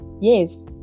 Yes